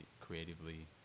creatively